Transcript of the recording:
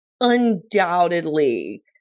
undoubtedly